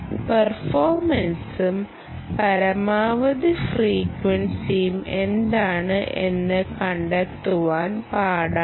പെർഫോമൻസുo പരമാവധി ഫ്രീക്വൻസയും എന്താണ് എന്ന് കണ്ടെത്തുവാൻ പാടാണ്